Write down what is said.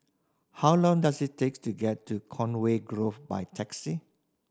how long does it takes to get to Conway Grove by taxi